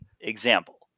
example